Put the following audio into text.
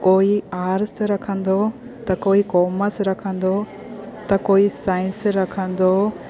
कोई आर्स रखंदो त कोई कॉमस रखंदो त कोई साइंस रखंदो